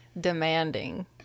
demanding